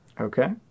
Okay